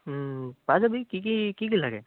পাই যাবি কি কি কি কি লাগে